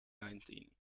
nineteen